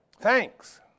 thanks